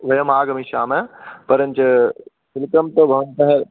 वयम् आगमिष्यामः परञ्च शुल्कं तु भवन्तः